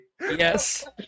Yes